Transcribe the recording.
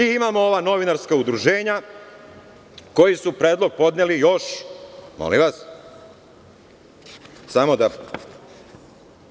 I, imamo ova novinarska udruženja koji su predlog podneli još, molim vas,